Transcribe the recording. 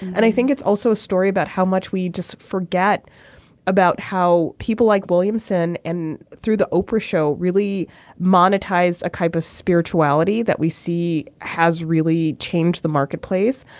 and i think it's also a story about how much we just forget about how people like williamson and through the oprah show really monetized a kind of spirituality that we see has really changed the marketplace.